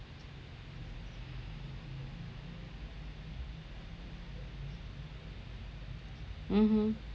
mmhmm